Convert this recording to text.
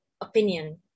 opinion